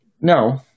No